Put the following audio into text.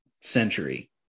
century